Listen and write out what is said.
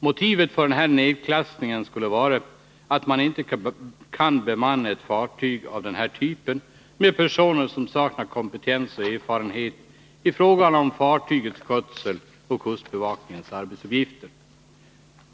Motivet för denna nedklassning skulle vara att man inte kan bemanna ett fartyg av den här typen med personer som saknar kompetens och erfarenhet i fråga om fartygets skötsel och kustbevakningens arbetsuppgifter.